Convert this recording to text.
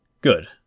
Good